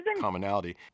commonality